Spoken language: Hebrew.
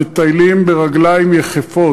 מטיילים ברגליים יחפות,